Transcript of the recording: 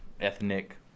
Ethnic